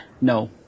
No